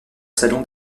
salon